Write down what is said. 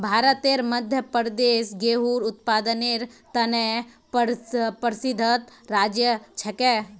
भारतत मध्य प्रदेश गेहूंर उत्पादनेर त न प्रसिद्ध राज्य छिके